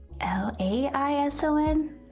L-A-I-S-O-N